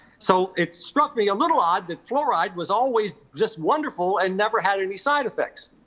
so it struck me a little odd that fluoride was always just wonderful and never had any side effects,